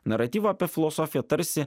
naratyvą apie filosofiją tarsi